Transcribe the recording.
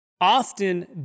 often